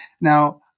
Now